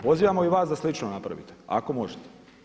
Pozivamo i vas da slično napravite, ako možete.